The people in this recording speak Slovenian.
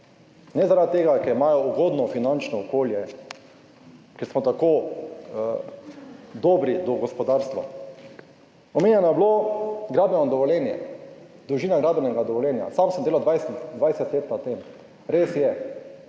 ne zaradi tega, ker imajo ugodno finančno okolje, ker smo tako dobri do gospodarstva. Omenjeno je bilo gradbeno dovoljenje, dolžina gradbenega dovoljenja. Sam sem delal 20 let na tem. Res je,